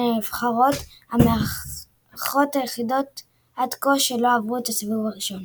הן הנבחרות המארחות היחידות עד כה שלא עברו את הסיבוב הראשון.